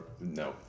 No